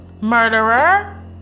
murderer